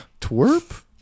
twerp